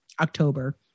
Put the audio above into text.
October